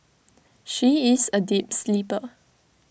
she is A deep sleeper